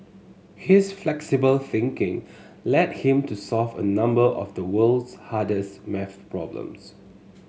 his flexible thinking led him to solve a number of the world's hardest maths problems